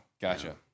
gotcha